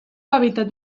hàbitat